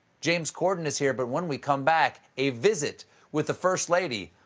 james corden is here. but when we come back, a visit with the first lady,